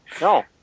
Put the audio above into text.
No